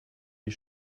die